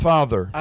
Father